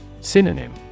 Synonym